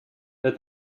that